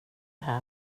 här